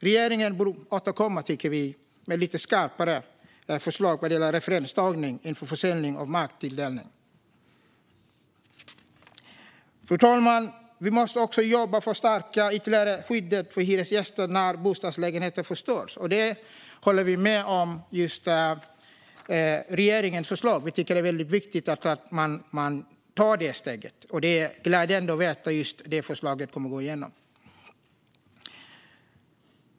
Regeringen bör återkomma med lite skarpare förslag vad gäller referenstagning inför försäljning och marktilldelning. Fru talman! Vi måste också jobba för att ytterligare stärka skyddet för hyresgäster när bostadslägenheter förstörs. Där håller vi med om regeringens förslag. Vi tycker att det är viktigt att man tar det steget, och det är glädjande att veta att just det förslaget kommer att gå igenom.